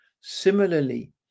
similarly